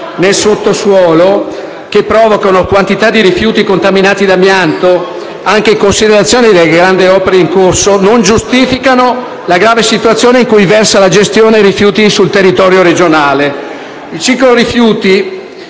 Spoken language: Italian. nel sottosuolo che provocano quantità di rifiuti contaminati da amianto, anche in considerazione delle grandi opere in corso, non giustificano la grave situazione in cui versa la gestione dei rifiuti sul territorio regionale. Il ciclo rifiuti